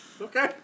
Okay